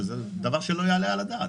וזה דבר שלא יעלה על הדעת.